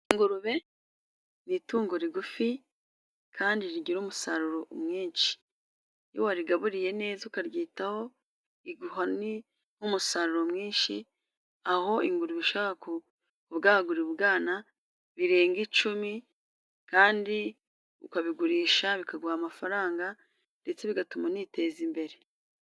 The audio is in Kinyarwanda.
Ingurube ni itungo rigufi, kandi rigira umusaruro mwinshi, iyo warigaburiye neza ukaryitaho, riguha nk'umusaruro mwinshi, aho inguru ishobora kubwagura ibyana birenga icumi, kandi ukabigurisha bikaguha amafaranga, ndetse bigatuma uniteza imbere.